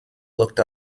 looked